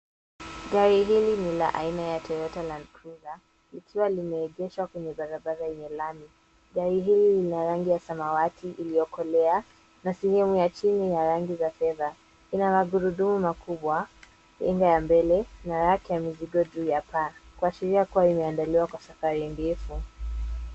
Gari hili ni la aina ya Toyota Landcruiser likiwa limeegeshwa kwenye barabara yenye lami. Gari hili lina rangi ya samawati iliyokolea na sehemu ya chini ina rangi ya fedha. Ina magurudumu makubwa, kinga ya mbele na raki ya mizigo juu ya paa kuashiria kuwa imeandaliwa kwa safari ndefu.